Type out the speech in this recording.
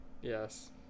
Yes